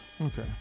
Okay